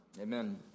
Amen